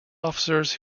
officers